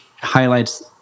highlights